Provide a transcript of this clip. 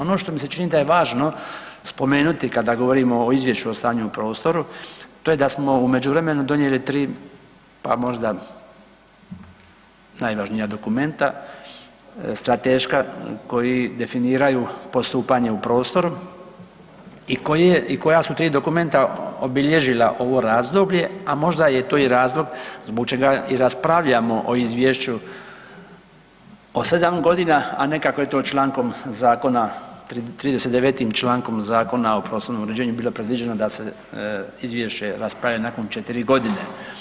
Ono što mi se čini da je važno spomenuti kada govorimo o izvješću o stanju u prostoru, to je da smo u međuvremenu donijeli 3 pa možda najvažnija dokumenta strateška koji definiraju postupanje u prostoru i koja su 3 dokumenta obilježila ovo razdoblje, a možda je to i razlog zbog čega i raspravljamo o izvješću o 7 godina, a ne kako je to člankom zakona, 39. člankom Zakona o prostornom uređenju bilo predviđeno da se izvješće raspravlja nakon 4 godine.